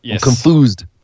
confused